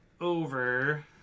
over